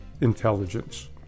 intelligence